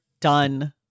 done